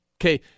okay